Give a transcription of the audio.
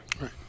Right